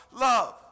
love